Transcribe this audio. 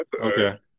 Okay